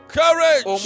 courage